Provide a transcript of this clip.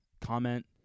comment